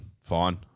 fine